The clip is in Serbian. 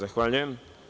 Zahvaljujem.